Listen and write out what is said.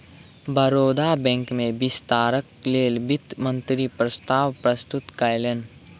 Baroda bank में विस्तारक लेल वित्त मंत्री प्रस्ताव प्रस्तुत कयलैन